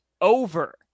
over